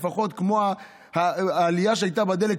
לפחות כמו העלייה שהייתה בדלק,